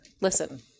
Listen